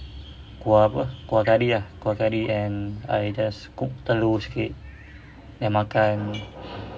kuah apa kari ah kuah kari and I just cook telur sikit then makan